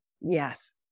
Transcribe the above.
Yes